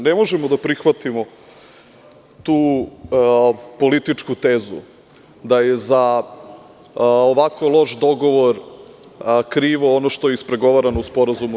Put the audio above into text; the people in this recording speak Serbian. Ne možemo da prihvatimo tu političku tezu da je za ovako loš dogovor krivo ono što je ispregovarano u SSP.